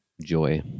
joy